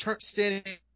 standing